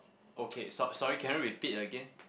okay so~ sorry can you repeat again